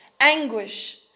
anguish